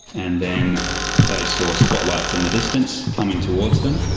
and then they saw spotlights in the distance coming towards them.